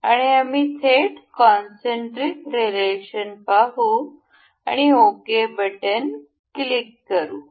आणि आम्ही थेट कॉन्सन्ट्ट्रिक रिलेशन पाहू आणि ओके बटन क्लिक करू